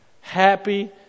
happy